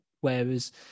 whereas